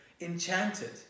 enchanted